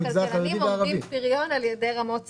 אנחנו הכלכלנים אומדים פריון על ידי רמות שכר.